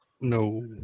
no